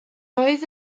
oedd